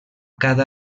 cada